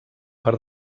per